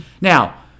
Now